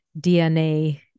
DNA